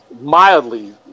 mildly